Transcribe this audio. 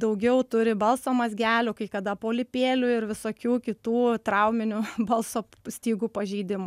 daugiau turi balso mazgelių kai kada polipėlių ir visokių kitų trauminių balso stygų pažeidimų